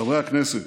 חברי הכנסת,